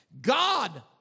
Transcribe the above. God